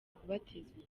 kubatizwa